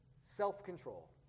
self-control